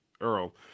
Earl